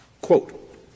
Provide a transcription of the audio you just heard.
Quote